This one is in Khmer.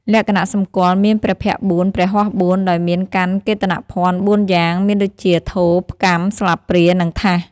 លក្ខណៈសម្គាល់ មានព្រះភ័ក្ត្រ៤ ព្រះហស្ថ៤ ដោយមានកាន់កេតណភ័ណ្ឌ៤យ៉ាង មានដូចជា ថូ ផ្គាំ ស្លាបព្រា និងថាស ។